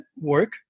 work